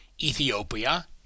Ethiopia